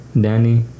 Danny